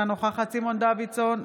אינה נוכחת סימון דוידסון,